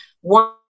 one